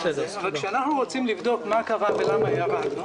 כשאנחנו רוצים לבדוק מה קרה ולמה ירדנו